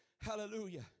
hallelujah